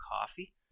Coffee